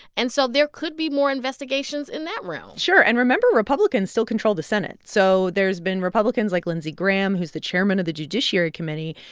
and so there could be more investigations in that realm sure. and, remember republicans still control the senate. so there's been republicans like lindsey graham, who's the chairman of the judiciary committee,